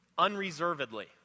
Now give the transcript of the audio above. unreservedly